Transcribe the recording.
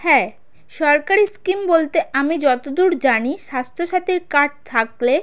হ্যাঁ সরকারি স্কিম বলতে আমি যতদূর জানি স্বাস্থ্যসাথীর কার্ড থাকলে